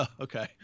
Okay